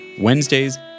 Wednesdays